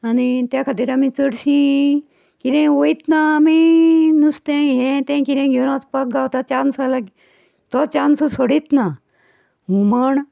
आनी त्या खातीर आमी चडशी कितेंय वयतना आमी नुस्तें हें तें कितेंय घेवन वचपाक गावता चान्स जाल्या तो चान्स सोडीत ना हुमण